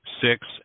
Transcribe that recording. six